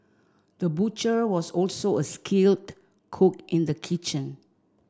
the butcher was also a skilled cook in the kitchen